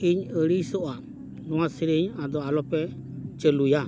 ᱤᱧ ᱟᱹᱲᱤᱥᱚᱜᱼᱟ ᱱᱚᱣᱟ ᱥᱮᱨᱮᱧ ᱟᱫᱚ ᱟᱞᱚᱯᱮ ᱪᱟᱹᱞᱩᱭᱟ